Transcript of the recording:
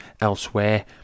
elsewhere